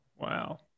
Wow